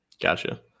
Gotcha